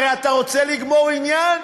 הרי אתה רוצה לגמור עניין,